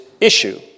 issue